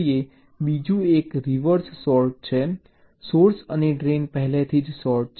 બીજું એક reverse short છે સોર્સ અને ડ્રેઇન પહેલેથી જ શૉર્ટ છે